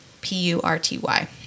p-u-r-t-y